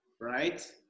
right